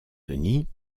denis